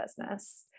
business